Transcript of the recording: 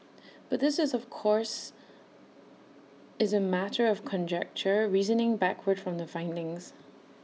but this is of course is A matter of conjecture reasoning backward from the findings